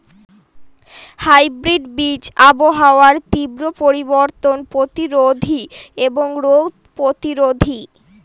hybrid বীজ আবহাওয়ার তীব্র পরিবর্তন প্রতিরোধী এবং রোগ প্রতিরোধী